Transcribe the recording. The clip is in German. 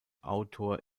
autor